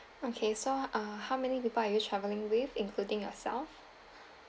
okay so uh how many people are you travelling with including yourself